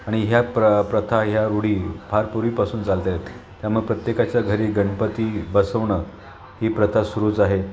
आणि ह्या प्र प्रथा ह्या रूढी फार पूर्वीपासून चालतात त्यामुळं प्रत्येकाच्या घरी गणपती बसवणं ही प्रथा सुरूच आहे